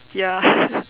ya